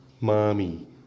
Mommy